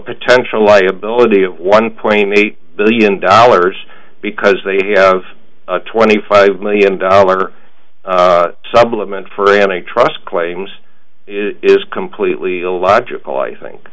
potential liability of one point eight billion dollars because they have a twenty five million dollar supplement for any trust claims it's completely illogical i think